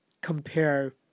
compare